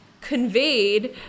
conveyed